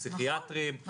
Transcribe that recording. פסיכיאטרים,